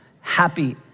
Happy